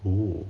oh